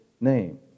name